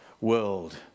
world